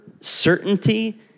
certainty